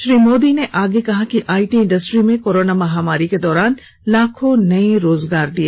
श्री मोदी ने आगे कहा कि आईटी इंडस्ट्री में कोरोना महामारी के दौरान लाखों नए रोजगार दिए